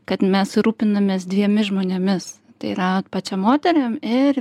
kad mes rūpinamės dviemis žmonėmis tai yra pačia moterim ir